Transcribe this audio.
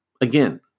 Again